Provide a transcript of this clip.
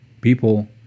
People